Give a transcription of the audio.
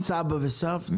לסבא וסבתא.